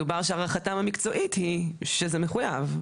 מדובר שהערכתם המקצועית היא שזה מחויב.